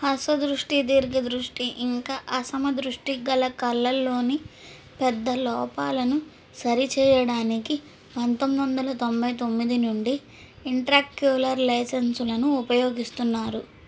అస్వదృష్టి దీర్ఘదృష్టి ఇంకా అసమదృష్టి గల కళ్ళల్లోని పెద్ద లోపాలను సరిచేయడానికి పంతొమ్మిదొందల తొంభై తొమ్మిది నుండి ఇంట్రాక్యులర్ లైసెన్స్లను ఉపయోగిస్తున్నారు